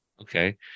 Okay